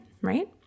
right